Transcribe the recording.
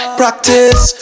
practice